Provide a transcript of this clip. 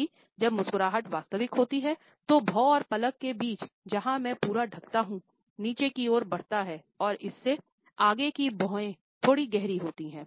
हालांकि जब मुस्कुराहट वास्तविक होती है तो भौं और पलक के बीच जहाँ मैं पूरा ढँकता हूँ नीचे की ओर बढ़ता है और इससे आगे की भौहें थोड़ी गहरी होती हैं